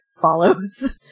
follows